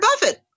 Buffett